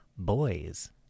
boys